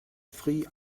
three